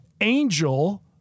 angel